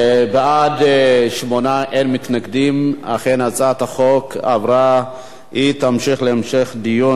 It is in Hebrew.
להעביר את הצעת חוק השיפוט הצבאי (תיקון מס' 67) (פיצוי לנאשם שזוכה),